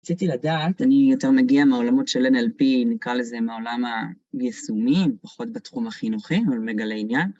רציתי לדעת, אני יותר מגיע מהעולמות של NLP, נקרא לזה מהעולם הישומי, פחות בתחום החינוכי, אבל מגלה עניין.